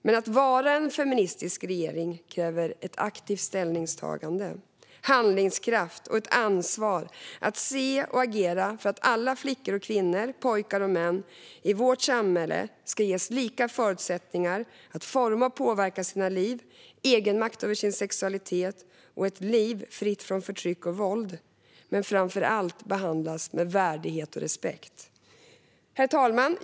Men att vara en feministisk regering kräver ett aktivt ställningstagande, handlingskraft och ett ansvar att se och agera för att alla flickor och kvinnor, pojkar och män i vårt samhälle ska ges lika förutsättningar att forma och påverka sina liv. Alla ska ha egenmakt över sin sexualitet och ett liv fritt från förtryck och våld - men framför allt behandlas med värdighet och respekt. Herr talman!